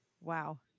wow